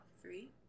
three